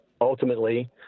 ultimately